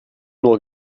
nur